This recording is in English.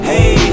Hey